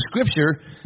Scripture